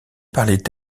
parlait